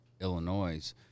Illinois